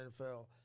NFL